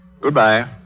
Goodbye